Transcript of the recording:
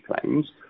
claims